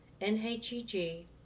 NHEG